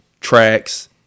tracks